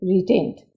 retained